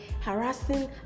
harassing